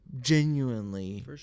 genuinely